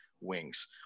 wings